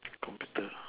computer